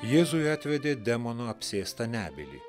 jėzui atvedė demono apsėstą nebylį